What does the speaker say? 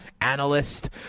analyst